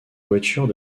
voitures